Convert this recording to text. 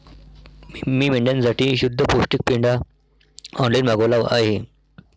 मी मेंढ्यांसाठी शुद्ध पौष्टिक पेंढा ऑनलाईन मागवला आहे